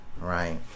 right